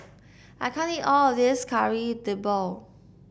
I can't eat all of this Kari Debal